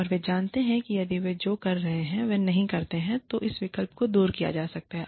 और वे जानते हैं कि यदि वे जो कह रहे हैं वह नहीं करते हैं तो इस विकल्प को दूर किया जा सकता है